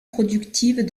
productives